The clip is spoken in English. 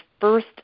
first